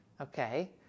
okay